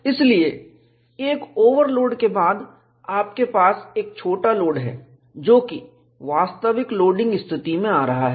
इसलिए एक ओवरलोड के बाद आपके पास केवल एक छोटा लोड है जोकि वास्तविक लोडिंग स्थिति में आ रहा है